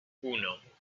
uno